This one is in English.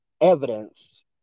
evidence